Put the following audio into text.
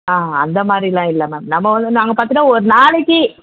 ஆ அந்தமாதிரிலாம் இல்லை மேம் நம்ம வந்து நாங்கள் பார்த்தீங்கனா ஒரு நாளைக்கு